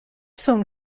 son